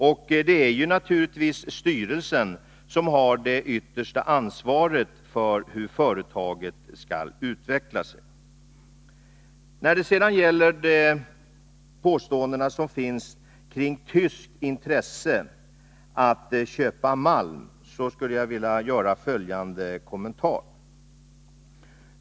101 Naturligtvis är det styrelsen som har det yttersta ansvaret för hur företaget skall utvecklas. Beträffande påståendena om tyskt intresse av att köpa malm skulle jag vilja göra följande kommentar.